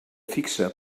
fixa